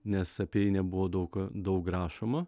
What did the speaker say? nes apie jį nebuvo daug daug rašoma